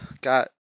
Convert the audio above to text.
got